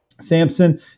Samson